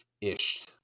ish